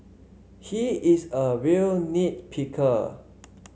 he is a real nit picker